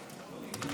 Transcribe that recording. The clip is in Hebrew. לרשותך.